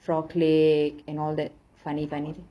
frog leg and all that funny funny